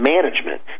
Management